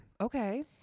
Okay